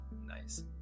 nice